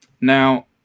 Now